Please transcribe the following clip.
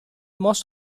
most